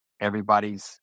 everybody's